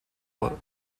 what